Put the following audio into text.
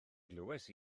glywais